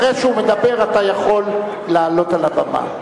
אחרי שהוא מדבר אתה יכול לעלות על הבמה.